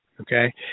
Okay